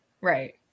Right